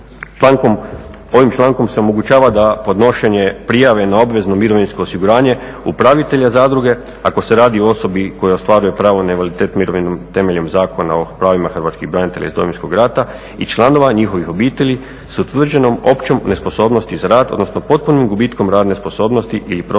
Ovim člankom se omogućava da podnošenje prijave na obvezno mirovinsko osiguranje upravitelja zadruge ako se radio o osobi koja ostvaruje pravo na invaliditet, mirovinu temeljem Zakona o pravima Hrvatskih branitelja iz Domovinskog rata i članova njihovih obitelji s utvrđenom općom nesposobnosti za rad, odnosno potpunim gubitkom radne sposobnosti ili profesionalne